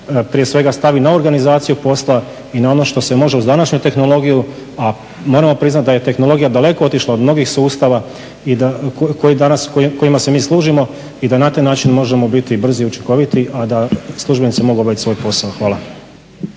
prije svega stavi na organizaciju posla i na ono što se može uz današnju tehnologiju, a moramo priznati da je tehnologija daleko otišla od mnogih sustava kojima se mi služimo i da na taj način možemo biti brzi i učinkoviti a da službenici mogu obaviti svoj posao. Hvala.